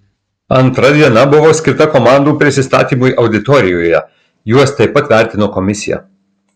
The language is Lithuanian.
antra diena buvo skirta komandų prisistatymui auditorijoje juos taip pat vertino komisija